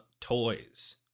toys